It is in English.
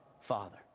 Father